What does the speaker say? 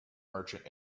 merchant